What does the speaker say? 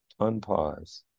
unpause